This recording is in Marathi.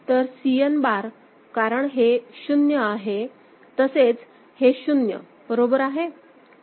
तर Cn बार कारण हे 0 आहे तसेच हे 0 बरोबर आहे